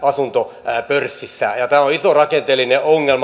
tämä on iso rakenteellinen ongelma